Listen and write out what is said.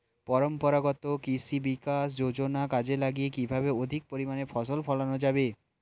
পরম্পরাগত কৃষি বিকাশ যোজনা কাজে লাগিয়ে কিভাবে অধিক পরিমাণে ফসল ফলানো যাবে?